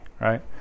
right